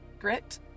grit